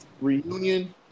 reunion